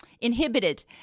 inhibited